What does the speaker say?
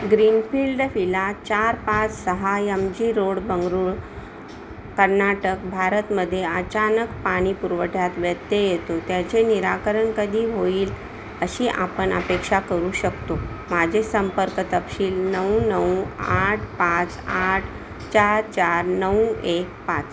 greenfield villa चार पाच सहा M G road Bengaluru Karnataka भारतमध्ये अचानक पाणीपुरवठ्यात व्यत्यय येतो त्याचे निराकरण कधी होईल अशी आपण अपेक्षा करू शकतो माझे संपर्क तपशील नऊ नऊ आठ पाच आठ चार चार नऊ एक पाच